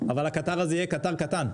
אבל הקטר הזה יהיה קטר קטן,